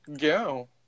go